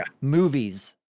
Movies